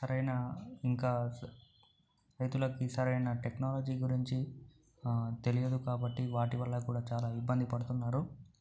సరైన ఇంకా రైతులకీ సరైన టెక్నాలజీ గురించి తెలియదు కాబట్టి వాటి వల్ల కూడా చాలా ఇబ్బంది పడుతున్నారు